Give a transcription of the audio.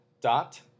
dot